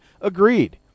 Agreed